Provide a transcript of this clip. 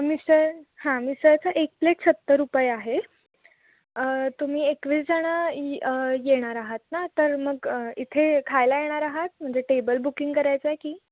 मिसळ हां मिसळचं एक प्लेट सत्तर रुपये आहे तुम्ही एकवीस जण ये येणार आहात ना तर मग इथे खायला येणार आहात म्हणजे टेबल बुकिंग करायचं आहे की